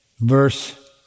verse